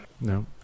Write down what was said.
No